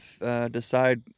decide